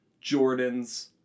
Jordan's